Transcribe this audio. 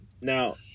Now